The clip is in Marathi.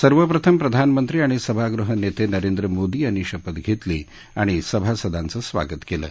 सर्वप्रथम प्रधानमंत्री आणि सभागृह नत्तानिरेंद्र मोदी यांनी शपथ घत्तमी आणि सभासदांचं स्वागत कलि